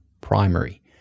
primary